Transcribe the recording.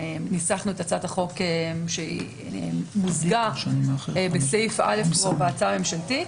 ניסחנו את הצעת החוק שמוזגה בסעיף א' כבר בהצעה הממשלתית.